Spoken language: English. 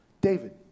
David